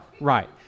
right